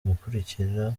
gukurikira